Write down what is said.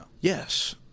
Yes